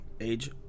age